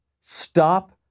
Stop